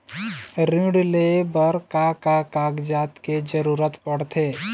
ऋण ले बर का का कागजात के जरूरत पड़थे?